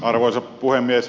arvoisa puhemies